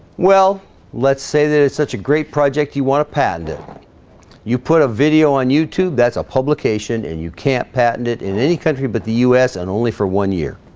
well let's say that it's such a great project you want to patent it you put a video on youtube that's a publication and you can't patent it in any country, but the us and only for one year